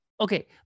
okay